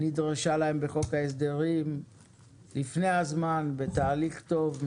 אנחנו ממשיכים עם חוק ההסדרים לפני הזמן בתהליך טוב,